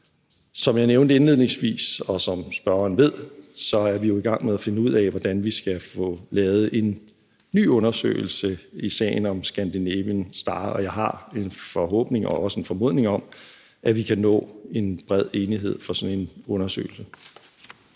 Som jeg nævnte indledningsvis, og som spørgeren ved, er vi jo i gang med at finde ud af, hvordan vi skal få lavet en ny undersøgelse i sagen om »Scandinavian Star«, og jeg har en forhåbning og også en formodning om, at vi kan nå til bred enighed for sådan en undersøgelse.